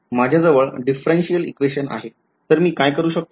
माझ्याजवळ differential equation आहे तर मी काय करू शकतो